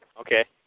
Okay